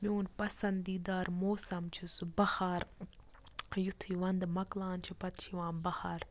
میون پَسنٛدیٖدار موسم چھِ سُہ بہار یُتھُے ونٛدٕ مَکلان چھِ پَتہٕ چھِ یِوان بہار